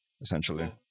essentially